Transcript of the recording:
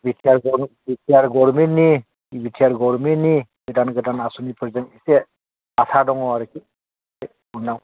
बि T R गभरमेन्टनि गोदान गोदान आस'निफोरजों एसे आसा दङ आरोखि उनाव